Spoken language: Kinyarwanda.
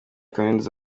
kaminuza